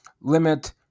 limit